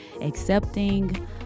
Accepting